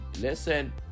Listen